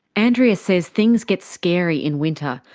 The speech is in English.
andrea says things get scary in winter,